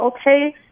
okay